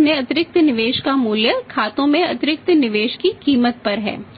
में अतिरिक्त निवेश का मूल्य खातों में अतिरिक्त निवेश की कीमत पर है